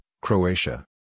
Croatia